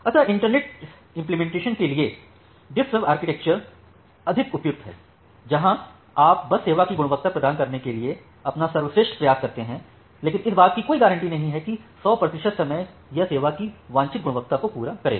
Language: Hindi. अतः इन्टरनेट इम्प्लेमेंटेशन के लिए डिफर्वस आर्किटेक्चर अधिक उपयुक्त है जहां आप बस सेवा की गुणवत्ता प्रदान करने के लिए अपना सर्वश्रेष्ठ प्रयास करते हैं लेकिन इस बात की कोई गारंटी नहीं है कि 100 प्रतिशत समय यह सेवा की वांछित गुणवत्ता को पूरा करेगा